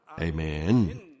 Amen